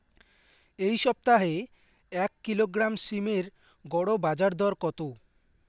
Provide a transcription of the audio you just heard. এই সপ্তাহে এক কিলোগ্রাম সীম এর গড় বাজার দর কত?